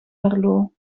merlot